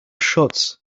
shots